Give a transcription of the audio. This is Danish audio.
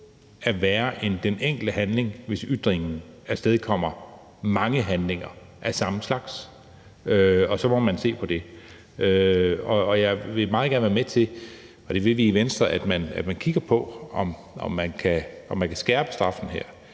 er værre end den enkelte handling, hvis ytringen afstedkommer mange handlinger af samme slags. Og så må man se på det. Og jeg vil meget gerne være med til, og det vil vi i Venstre, at man kigger på, om man kan skærpe straffen på